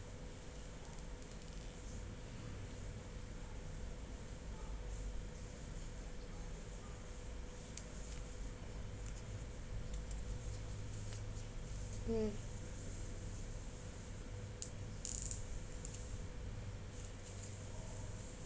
mm